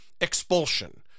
expulsion